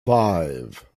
five